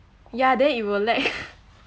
ya then it will lag